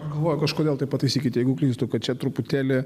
galvoju kažkodėl tai pataisykit jeigu klystu kad čia truputėlį